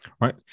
right